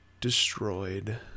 destroyed